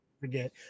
forget